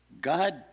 God